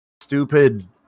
stupid